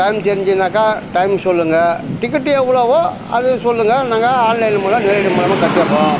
time தெரிஞ்சதுனாக்கா time சொல்லுங்கள் ticket எவ்வளவோ அதை சொல்லுங்கள் நாங்கள் ஆன்லைனு மூலம் நேரடி மூலமாக கட்டிடுறோம்